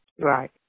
Right